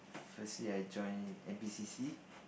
firstly I join n_p_c_c